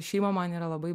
šeima man yra labai